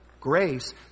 grace